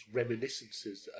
reminiscences